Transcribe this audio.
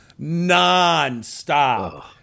nonstop